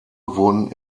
wurden